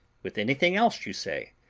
with anything else you say,